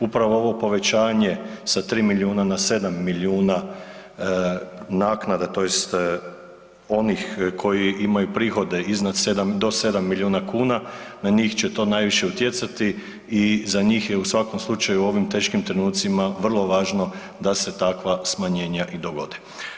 Upravo ovo povećanje sa 3 milijuna na 7 milijuna naknada tj. onih koji imaju prihode do 7 milijuna kuna na njih će to najviše utjecati i za njih je u svakom slučaju u ovim teškim trenucima vrlo važno da se takva smanjenja i dogode.